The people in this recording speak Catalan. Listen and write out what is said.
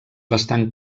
bastant